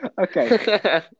Okay